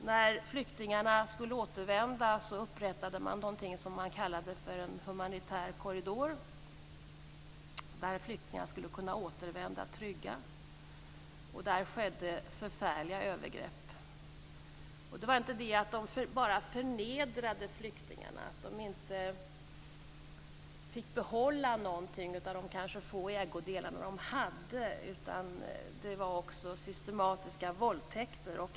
När flyktingarna skulle återvända upprättades det någonting som man kallade en humanitär korridor där flyktingarna skulle kunna återvända trygga. Där skedde förfärliga övergrepp. Det var inte bara det att flyktingarna förnedrades, att de inte fick behålla någonting av de få ägodelar de hade, utan det var systematiska våldtäkter.